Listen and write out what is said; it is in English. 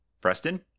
Preston